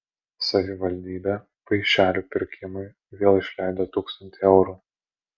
savivaldybė paišelių pirkimui vėl išleido tūkstantį eurų